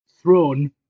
throne